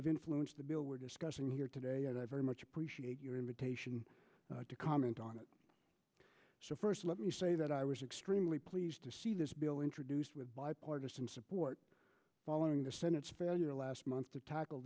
influenced the bill we're discussing here today and i very much appreciate your invitation to comment on it so first let me say that i was extremely pleased to see this bill introduced with bipartisan support following the senate's failure last month to tackle